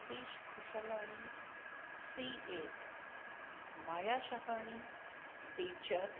Satish Khushlani CA Maya Shahani teacher